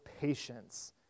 patience